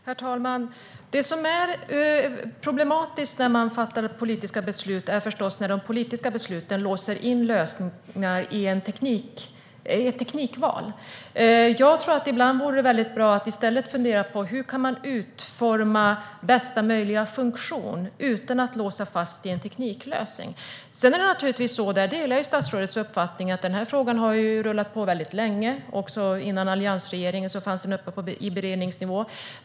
Herr talman! Det som är problematiskt när man fattar politiska beslut är förstås när dessa låser in lösningar i ett teknikval. Jag tror att det ibland vore bra om vi funderade på hur man kan utforma bästa möjliga funktion utan att låsa fast i en tekniklösning. Jag delar naturligtvis statsrådets uppfattning om att frågan har rullat på länge. Även före alliansregeringen fanns den uppe på beredningsnivå.